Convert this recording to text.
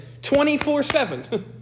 24-7